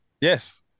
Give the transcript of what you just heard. Yes